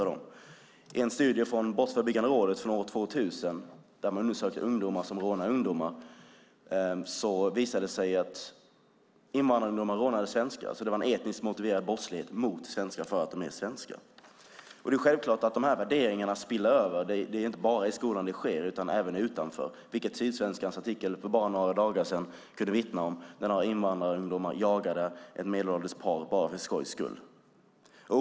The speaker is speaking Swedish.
I en studie från Brottsförebyggande rådet från år 2000 där man undersökte ungdomar som rånade ungdomar visade det sig att invandrarungdomar rånade svenskar. Det var en etniskt motiverade brottslighet mot svenskar för att de var svenskar. Det är självklart att de här värderingarna spiller över. Det sker inte bara i skolan utan även utanför, vilket Sydsvenskans artikel för bara några dagar sedan kunde vittna om. Där kunde man läsa om några invandrarungdomar som jagade ett medelålders par bara för skojs skull.